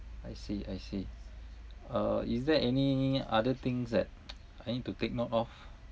I see I see uh is there any other things that I need to take note of